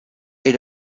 est